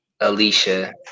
Alicia